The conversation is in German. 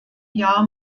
jahr